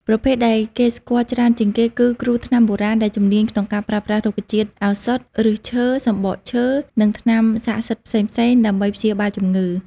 ប្រភេទដែលគេស្គាល់ច្រើនជាងគេគឺ គ្រូថ្នាំបុរាណ ដែលជំនាញក្នុងការប្រើប្រាស់រុក្ខជាតិឱសថ ឫសឈើ សំបកឈើ និងថ្នាំស័ក្តិសិទ្ធិផ្សេងៗដើម្បីព្យាបាលជំងឺ។